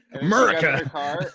America